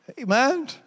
Amen